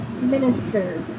ministers